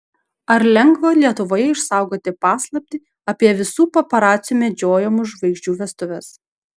ar lengva lietuvoje išsaugoti paslaptį apie visų paparacių medžiojamų žvaigždžių vestuves